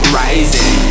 rising